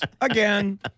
again